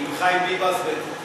עם חיים ביבס, ותסגור.